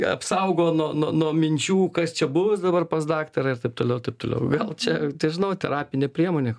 apsaugo nuo nuo nuo minčių kas čia bus dabar pas daktarą ir taip toliau i taip toliau gal čia nežinau terapinė priemonė